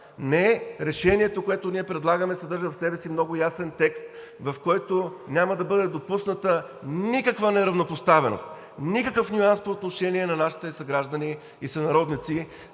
Не, решението, което ние предлагаме, съдържа в себе си много ясен текст, в който няма да бъде допусната никаква неравнопоставеност, никакъв нюанс по отношение на нашите съграждани и сънародници